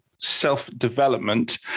self-development